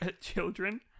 Children